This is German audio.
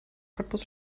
cottbus